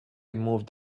moved